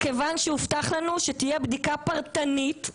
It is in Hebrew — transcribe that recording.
מכיוון שהובטח לנו שתהיה בדיקה פרטנית,